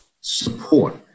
support